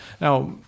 Now